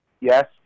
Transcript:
Yes